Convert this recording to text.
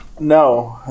no